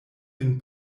vin